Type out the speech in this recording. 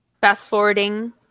fast-forwarding